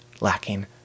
lacking